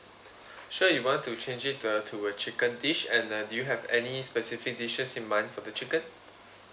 sure you want to change it to uh to a chicken dish and uh do you have any specific dishes in mind for the chicken